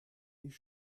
ich